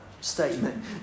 statement